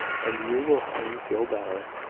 and you will soon feel better.